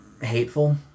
hateful